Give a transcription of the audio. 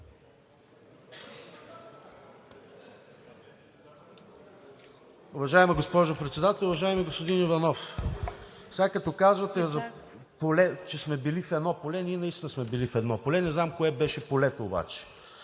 Уважаема госпожо Председател! Уважаеми господин Иванов, сега като казвате, че сме били в едно поле, ние наистина сме били в едно поле, не знам кое беше полето обаче.